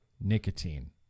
nicotine